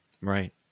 right